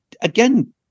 Again